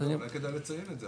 אולי כדאי לציין את זה?